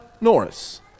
Norris